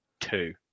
two